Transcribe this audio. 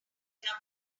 guitar